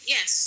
Yes